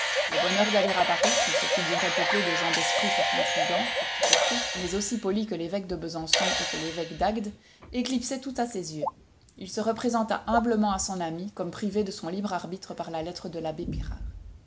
le bonheur d'aller à paris qu'il se figurait peuplé de gens d'esprit fort intrigants fort hypocrites mais aussi polis que l'évêque de besançon et que l'évêque d'agde éclipsait tout à ses yeux il se représenta humblement à son ami comme privé de son libre arbitre par la lettre de l'abbé pirard